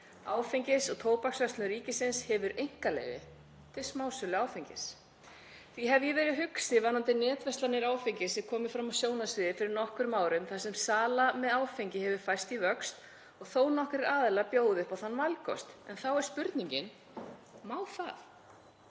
„Áfengis- og tóbaksverslun ríkisins hefur einkaleyfi til smásölu áfengis.“ Því hef ég verið hugsi varðandi það að netverslun áfengis hafi komið fram á sjónarsviðið fyrir nokkrum árum þar sem sala með áfengi hefur færst í vöxt og þó nokkrir aðilar bjóða upp á þann valkost. En þá er spurningin: Má það?